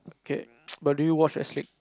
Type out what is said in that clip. K but do you watch S-League